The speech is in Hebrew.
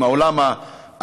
עם העולם הערבי,